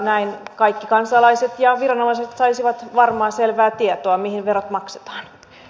näin kaikki kansalaiset ja viranomaiset saisivat varmaa selvää tietoa mihin verot maksetaan